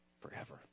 forever